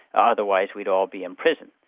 otherwise we'd all be in prison.